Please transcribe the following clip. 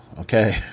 okay